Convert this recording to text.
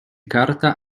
carta